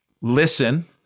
listen